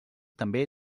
també